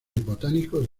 botánicos